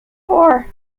four